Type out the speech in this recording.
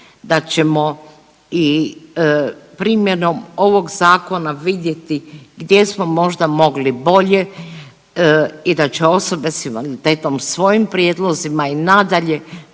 da ćemo i primjenom ovog zakona vidjeti gdje smo možda mogli bolje i da će osobe s invaliditetom svojim prijedlozima i nadalje